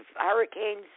hurricanes